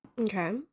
Okay